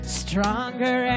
stronger